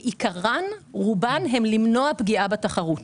בעיקרן, רובן הן למנוע פגיעה בתחרות.